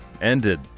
ended